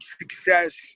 success